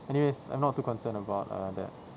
anyways I'm not too concerned about err that